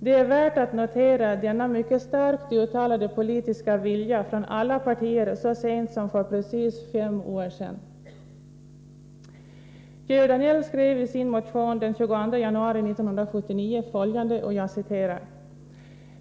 Det är värt att notera denna mycket starkt uttalade politiska vilja från alla partier så sent som för precis fem år sedan.